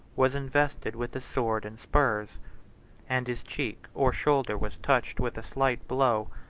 was invested with the sword and spurs and his cheek or shoulder was touched with a slight blow,